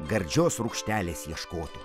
gardžios rūgštelės ieškotų